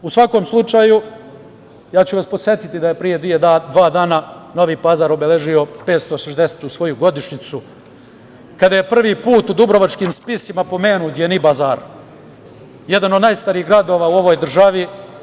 U svakom slučaju, podsetiću vas da je pre dva dana Novi Pazar obeležio 560-u svoju godišnjicu, kada je prvi put u dubrovačkim spisima pomenut Novi Pazar, jedna od najstarijih gradova u ovoj državi.